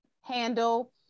handle